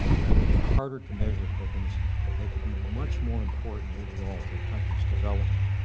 rather than harder to measure programs that can be much more important overall to a country's development,